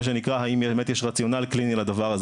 שנקרא האם באמת יש רציונל קליני לדבר הזה.